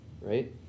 Right